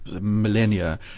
millennia